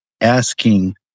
asking